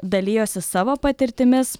dalijosi savo patirtimis